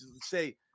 say